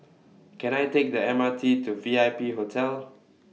Can I Take The M R T to V I P Hotel